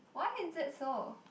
why is it so